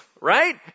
right